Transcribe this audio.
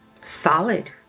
solid